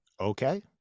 Okay